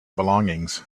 belongings